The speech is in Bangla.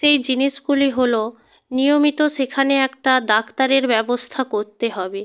সেই জিনিসগুলি হল নিয়মিত সেখানে একটা ডাক্তারের ব্যবস্থা করতে হবে